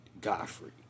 Godfrey